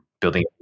building